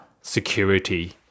security